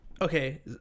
okay